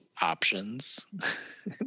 options